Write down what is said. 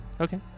Okay